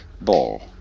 ball